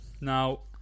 Now